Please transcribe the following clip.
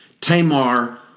Tamar